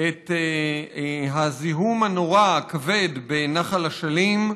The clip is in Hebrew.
את הזיהום הנורא והכבד בנחל אשלים.